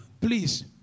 please